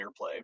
airplay